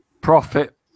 Profit